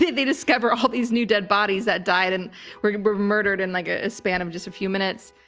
they they discover all these new dead bodies that died and were were murdered in like ah a span of just a few minutes.